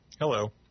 Hello